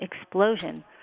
explosion